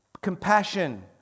compassion